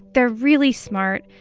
they're really smart,